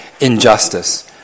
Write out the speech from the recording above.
injustice